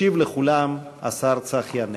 ישיב לכולם השר צחי הנגבי.